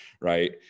right